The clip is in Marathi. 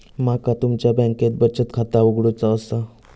माका तुमच्या बँकेत बचत खाता उघडूचा असा?